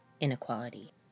inequality